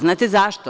Znate zašto?